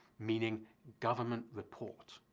meaning government report,